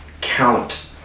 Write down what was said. count